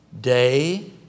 Day